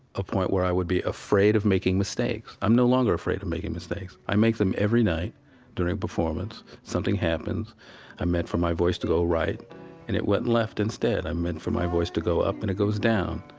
a point where i would be afraid of making mistakes. i'm no longer afraid of making mistakes. i make them every night during a performance. something happens i meant for my voice to go right and it went left instead. i meant for my voice to go up and it goes down,